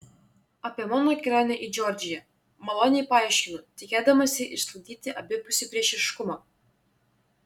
apie mano kelionę į džordžiją maloniai paaiškinu tikėdamasi išsklaidyti abipusį priešiškumą